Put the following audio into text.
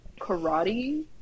karate